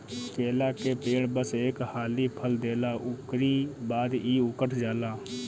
केला के पेड़ बस एक हाली फल देला उकरी बाद इ उकठ जाला